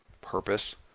purpose